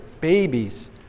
babies